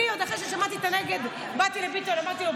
אחרי ששמעתי שזה נגד באתי לביטון ואמרתי לו,